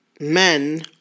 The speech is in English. men